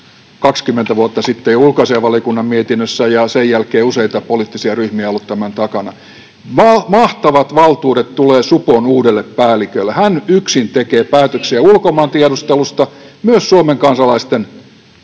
20 vuotta sitten ja ulkoasiainvaliokunnan mietintö ja sen jälkeen useita poliittisia ryhmiä on ollut tämän takana. Mahtavat valtuudet tulee supon uudelle päällikölle. Hän yksin tekee päätöksiä ulkomaantiedustelusta, myös Suomen kansalaisten tiedustelusta